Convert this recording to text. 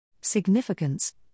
Significance